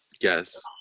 Yes